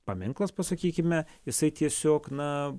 paminklas pasakykime jisai tiesiog na